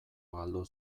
galdu